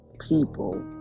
people